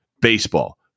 Baseball